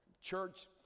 Church